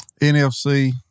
NFC